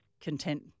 content